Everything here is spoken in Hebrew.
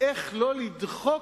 לא לדחוק